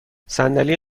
صندلی